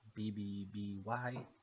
BBBY